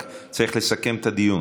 אני רק צריך לסכם את הדיון.